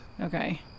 Okay